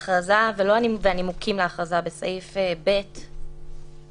האם גברתי מתכוונת לחוק הזה או לחוק הבא של בידוד במקום